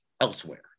elsewhere